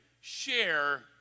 share